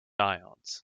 ions